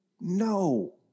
No